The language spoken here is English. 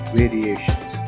variations